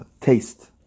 taste